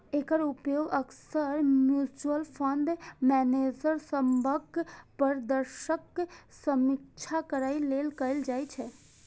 एकर उपयोग अक्सर mutual fund manager सभक प्रदर्शनक समीक्षा करै लेल कैल जाइ छै